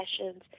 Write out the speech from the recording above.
sessions